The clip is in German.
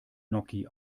gnocchi